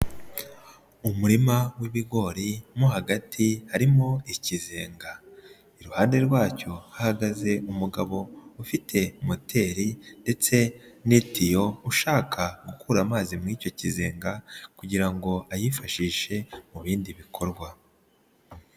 Umurima w'ibigori mo hagati harimo ikizenga, iruhande rwacyo hahagaze umugabo ufite moteri ndetse n'itiyo ushaka gukura amazi muri icyo kizenga kugira ngo ayifashishe mu bindi bikorwa.